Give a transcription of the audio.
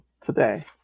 today